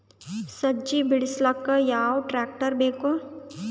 ಸಜ್ಜಿ ಬಿಡಿಸಿಲಕ ಯಾವ ಟ್ರಾಕ್ಟರ್ ಬೇಕ?